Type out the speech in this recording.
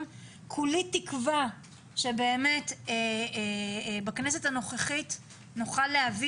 כולי תקווה שבאמת בכנסת הנוכחית נוכל להביא